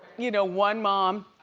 you know, one mom,